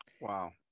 Wow